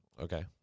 Okay